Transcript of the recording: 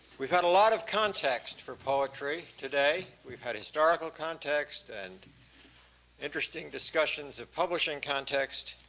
we've had a lot of context for poetry today. we've had historical context and interesting discussions of publishing context,